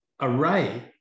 array